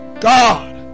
God